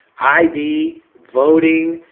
id voting.